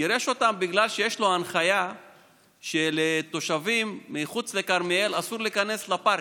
גירש אותם בגלל שיש לו ההנחיה שלתושבים מחוץ לכרמיאל אסור להיכנס לפארק,